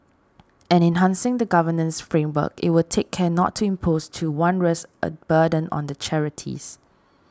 and enhancing the governance framework it will take care not to impose too onerous a burden on the charities